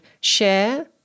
share